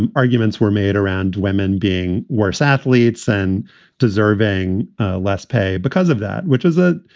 and arguments were made around women being worse athletes and deserving less pay. because of that, which is it?